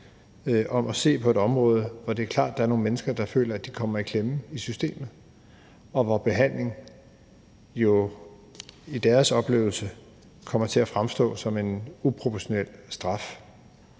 om at se på et område, hvor det er klart, at der er nogle mennesker, der føler, at de kommer i klemme i systemet, og hvor behandlingen i deres oplevelse kommer til at fremstå som en uproportionel straf.